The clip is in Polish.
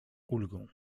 ulgą